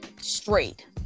straight